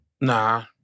nah